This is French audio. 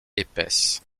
épaisse